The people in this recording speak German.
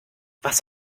was